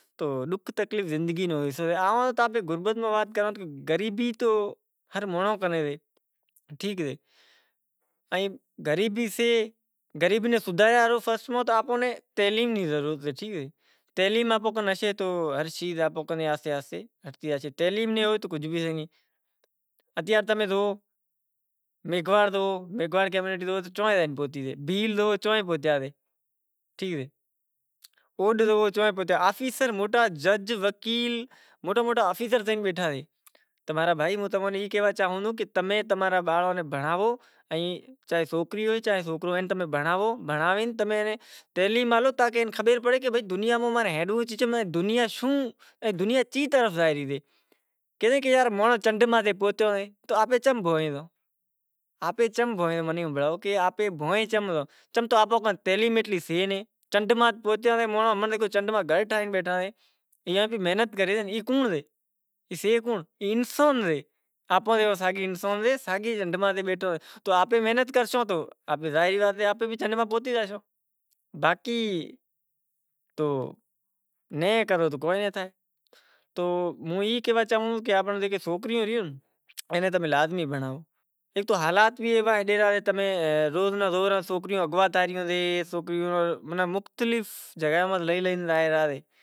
تو ڈوکھ تکلیف زندگی نو حصو سے امیں وات کراں غریبی تو ہر مانڑو میں سے غریبی نوں سدھارے ہاروں تعلیم نی ضرورت سے تعلیم نی ہوئی تو مجبوری سے۔ تمیں جو میگھواڑ بھیل اوڈ موٹا موٹا آفیسر تھے بیٹھا سیں۔ تمہیں کہاں کہ تمیں آپرے باڑاں ناں بھنڑائو دنیا چنڈ ماتھے پوہتی سے آپیں چم نتھی کرتا چم کہ آپاں کن تعلیم ایتلی سے نہیں۔ چنڈ ماتھے پوہتیا سے چنڈ ماتھے گھر ٹھاوی بیٹھا سے ای بھی محنت کری باقی تو اوںکہاں سوکریاں اغوا تھئ رہی سیں۔